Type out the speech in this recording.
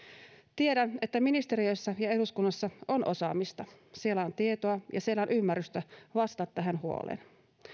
tiedän että ministeriöissä ja eduskunnassa on osaamista siellä on tietoa ja siellä on ymmärrystä vastata tähän huoleen